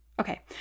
okay